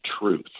truth